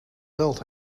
geld